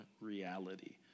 reality